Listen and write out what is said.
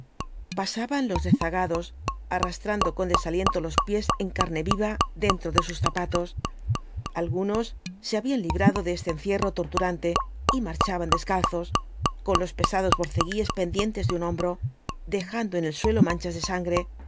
pasaban los rezagados arrastrando con desaliento los pies en carne viva dentro de sus zapatos algunos se habían librado de este encierro torturante y marchaban descalzos con los pesados borceguíes pendientes de un hombro dejando en el suelo manchas de sangre